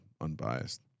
unbiased